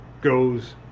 goes